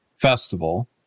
festival